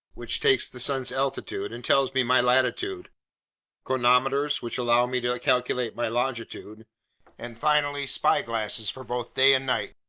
which takes the sun's altitude and tells me my latitude chronometers, which allow me to calculate my longitude and finally, spyglasses for both day and night,